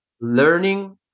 learning